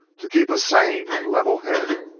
to keep a sane and level head,